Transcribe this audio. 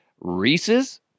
Reese's